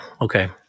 okay